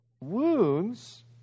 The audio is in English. Wounds